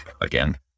again